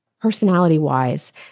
personality-wise